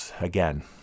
again